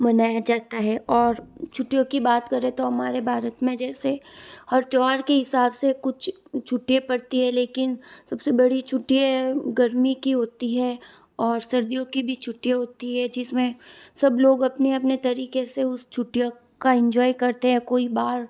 मनाया जाता है और छुट्टियों की बात करें तो हमारे भारत में जैसे हर त्यौहार के हिसाब से कुछ छुट्टी पड़ती है लेकिन सबसे बड़ी छुट्टियाँ गर्मी की होती है और सर्दियों की भी छुट्टियाँ होती है जिसमें सब लोग अपने अपने तरीके से उस छुट्टियाँ का इंजॉय करते हैं कोई बाहर